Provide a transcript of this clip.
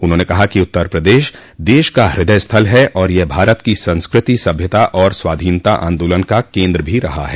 उन्होंने कहा कि उत्तर प्रदेश देश का हृदय स्थल है और यह भारत की संस्कृति सभ्यता और स्वाधीनता आन्दोलन का केन्द्र भी रहा है